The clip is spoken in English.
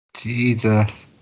Jesus